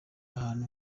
ahantu